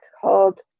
called